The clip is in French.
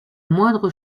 moindre